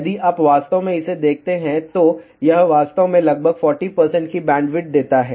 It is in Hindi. यदि आप वास्तव में इसे देखते हैं तो यह वास्तव में लगभग 40 की बैंडविड्थ देता है